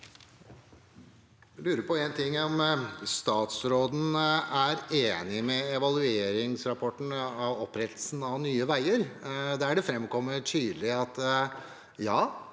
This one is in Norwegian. Jeg lurer på en ting: Er statsråden enig i evalueringsrapporten om opprettelsen av Nye veier? Der framkommer det tydelig at det